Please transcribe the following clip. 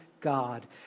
God